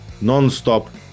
non-stop